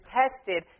tested